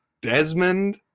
desmond